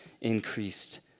increased